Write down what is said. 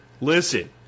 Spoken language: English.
Listen